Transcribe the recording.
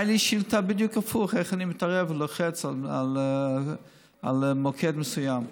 הייתה לי שאילתה בדיוק הפוכה: איך אני מתערב ולוחץ על מוקד מסוים.